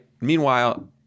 Meanwhile